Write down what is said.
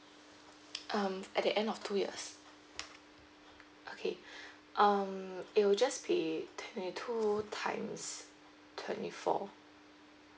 um at the end of two years okay um it will just be twenty two times twenty four